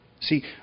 See